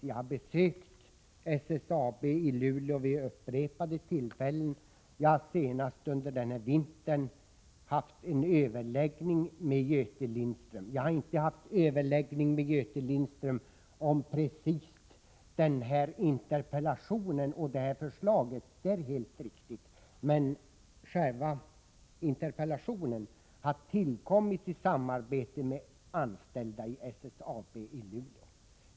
Jag har besökt SSAB i Luleå vid upprepade tillfällen. Senast denna vinter har jag haft en överläggning med Göte Lindström. Jag har dock inte med Göte Lindström diskuterat precis denna interpellation och det förslag som där förs fram — det är helt riktigt. Men själva interpellationen har tillkommit i samarbete med anställda vid SSAB i Luleå.